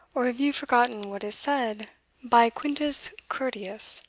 or have you forgotten what is said by quintus curtius,